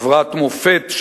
חברת מופת,